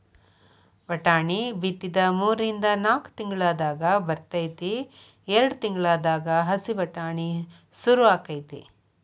ವಟಾಣಿ ಬಿತ್ತಿದ ಮೂರಿಂದ ನಾಕ್ ತಿಂಗಳದಾಗ ಬರ್ತೈತಿ ಎರ್ಡ್ ತಿಂಗಳದಾಗ ಹಸಿ ವಟಾಣಿ ಸುರು ಅಕೈತಿ